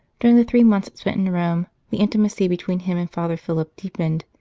during the three months spent in rome the intimacy between him and father philip deepened,